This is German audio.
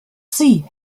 sie